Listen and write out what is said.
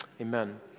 amen